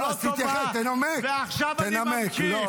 ועכשיו אני ממשיך.